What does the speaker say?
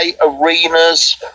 arenas